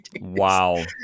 Wow